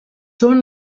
són